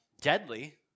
deadly